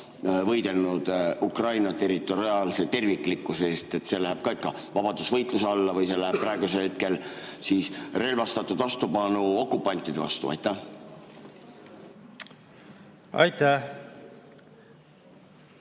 võidelnud Ukraina territoriaalse terviklikkuse eest. Kas see läheb ka ikka vabadusvõitluse alla või see läheb praegusel hetkel relvastatud vastupanu okupantide vastu